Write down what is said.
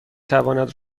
تواند